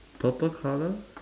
purple colour